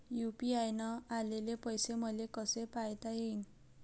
UPI न आलेले पैसे मले कसे पायता येईन?